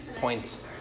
points